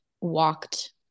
walked